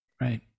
right